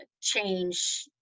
change